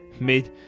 made